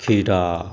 खीरा